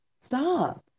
stop